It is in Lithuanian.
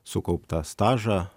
sukauptą stažą